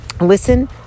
listen